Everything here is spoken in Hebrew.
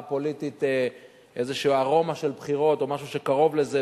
הפוליטית איזו ארומה של בחירות או משהו שקרוב לזה,